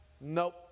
Nope